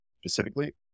specifically